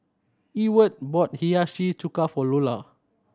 Ewart bought Hiyashi Chuka for Lola